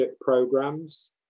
programs